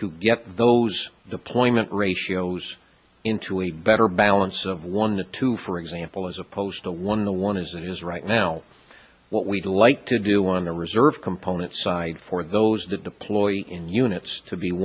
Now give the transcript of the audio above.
to get those deployment ratios into a better balance of one two for example as opposed to one the one as it is right now what we delight to do on the reserve component side for those deployed in units to be